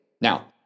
Now